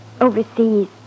overseas